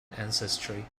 ancestry